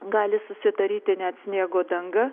gali susidaryti net sniego danga